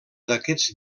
d’aquests